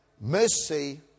Mercy